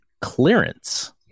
Clearance